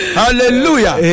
hallelujah